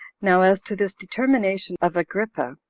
now as to this determination of agrippa,